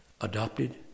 adopted